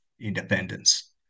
independence